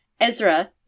Ezra